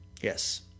Yes